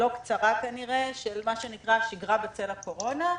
לא קצרה כנראה, של שגרה בצל הקורונה.